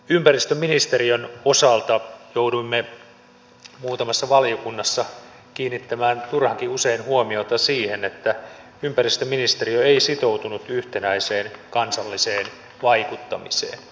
ympäristöministeriön osalta jouduimme muutamassa valiokunnassa kiinnittämään turhankin usein huomiota siihen että ympäristöministeriö ei sitoutunut yhtenäiseen kansalliseen vaikuttamiseen